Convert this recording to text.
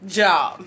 job